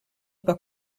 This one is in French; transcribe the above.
n’est